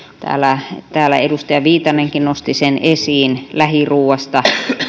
täällä täällä edustaja viitanenkin nosti sen esiin lähiruuasta